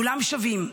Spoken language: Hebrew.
כולם שווים,